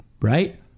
right